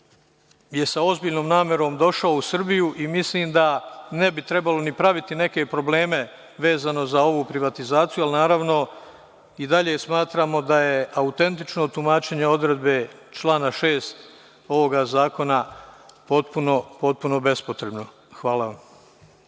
je sa ozbiljnom namerom došao u Srbiju i mislim da ne bi trebalo ni praviti neke probleme vezano za ovu privatizaciju, ali naravno i dalje smatramo da je autentično tumačenje odredbe člana 6. ovog zakona potpuno bespotrebno. Hvala vam.